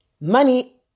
Money